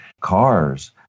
cars